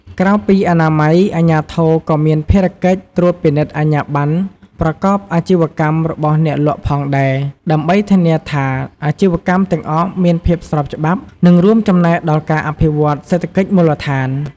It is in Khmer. ក្រៅពីអនាម័យ អាជ្ញាធរក៏មានភារកិច្ចត្រួតពិនិត្យអាជ្ញាប័ណ្ណប្រកបអាជីវកម្មរបស់អ្នកលក់ដូរផងដែរ ដើម្បីធានាថាអាជីវកម្មទាំងអស់មានភាពស្របច្បាប់ និងរួមចំណែកដល់ការអភិវឌ្ឍសេដ្ឋកិច្ចមូលដ្ឋាន។